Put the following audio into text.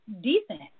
decent